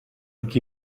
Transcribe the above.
qui